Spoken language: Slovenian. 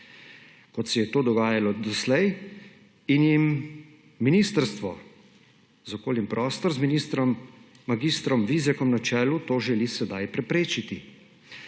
kot se je to dogajalo doslej, in jim Ministrstvo za okolje in prostor z ministrom mag. Vizjakom na čelu to želi sedaj preprečiti.